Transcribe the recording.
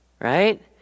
Right